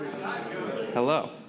Hello